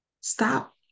stop